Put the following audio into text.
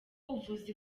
ubuvuzi